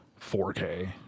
4K